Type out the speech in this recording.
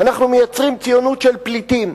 אנחנו מייצרים ציונות של פליטים.